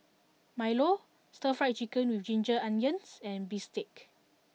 Milo Stir Fry Chicken with Ginger Onions and Bistake